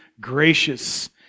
gracious